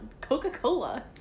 coca-cola